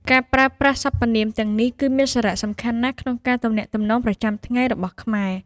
ការប្រើប្រាស់សព្វនាមទាំងនេះគឺមានសារៈសំខាន់ណាស់ក្នុងការទំនាក់ទំនងប្រចាំថ្ងៃរបស់ខ្មែរ។